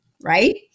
right